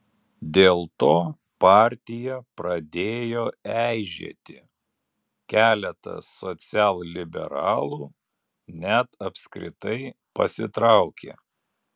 dėl to partija pradėjo eižėti keletas socialliberalų net apskritai pasitraukė